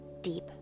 deep